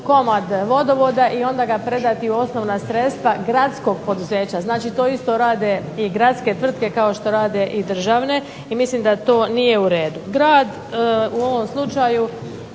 komad vodovoda i onda ga predati u osnovna sredstva gradskog poduzeća. Znači, to isto rade i gradske tvrtke kao što rade i državne. I mislim da to nije u redu. Grad u ovom slučaju